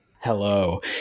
Hello